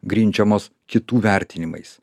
grindžiamos kitų vertinimais